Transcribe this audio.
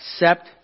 accept